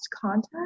contact